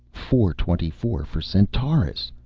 four twenty four for centaurus.